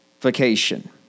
vacation